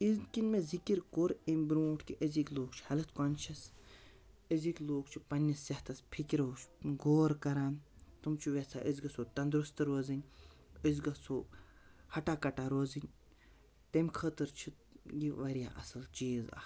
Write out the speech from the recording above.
is کِنۍ مےٚ ذِکِر کوٚر اَمہِ برونٛٹھ کہِ أزِکۍ لوٗکھ چھِ ہٮ۪لٕتھ کانشِیَس أزِکۍ لوٗکھ چھِ پنٛنِس صحتَس فِکِر غور کَران تِم چھِو یَژھان أسۍ گژھو تندرُستہٕ روزٕنۍ أسۍ گژھو ہَٹا کَٹا روزٕنۍ تمہِ خٲطر چھِ یہِ واریاہ اَصٕل چیٖز اَکھ